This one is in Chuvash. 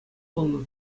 пулнӑ